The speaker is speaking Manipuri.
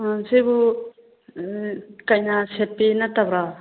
ꯁꯤꯕꯨ ꯀꯩꯅꯥ ꯁꯦꯠꯄꯤ ꯅꯠꯇꯕ꯭ꯔꯣ